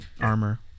armor